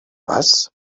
was